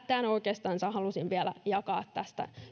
tämän oikeastansa halusin vielä jakaa tästä